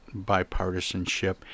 bipartisanship